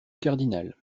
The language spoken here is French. cardinal